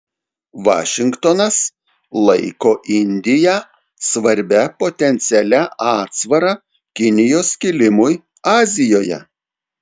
vašingtonas laiko indiją svarbia potencialia atsvara kinijos kilimui azijoje